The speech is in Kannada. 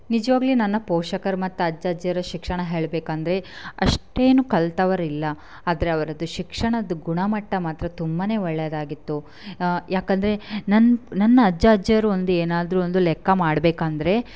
ನಿಜವಾಗಿ ನನ್ನ ಪೋಷಕರು ಮತ್ತು ಅಜ್ಜ ಅಜ್ಜಿಯರ ಶಿಕ್ಷಣ ಹೇಳಬೇಕಂದ್ರೆ ಅಷ್ಟೇನೂ ಕಲಿತವರಿಲ್ಲ ಆದರೆ ಅವರದ್ದು ಶಿಕ್ಷಣದ ಗುಣಮಟ್ಟ ಮಾತ್ರ ತುಂಬಾ ಒಳ್ಳೆಯದಾಗಿತ್ತು ಯಾಕಂದರೆ ನನ್ನ ನನ್ನ ಅಜ್ಜ ಅಜ್ಜಿಯರು ಒಂದು ಏನಾದ್ರೂ ಒಂದು ಲೆಕ್ಕ ಮಾಡಬೇಕಂದ್ರೆ